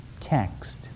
text